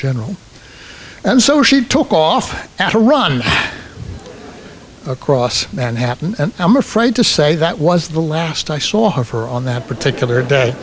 general and so she took off to run across manhattan and i'm afraid to say that was the last i saw of her on that particular day